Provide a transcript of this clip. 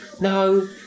No